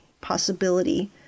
possibility